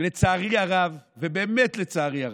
לצערי הרב, באמת לצערי הרב,